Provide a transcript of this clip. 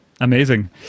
Amazing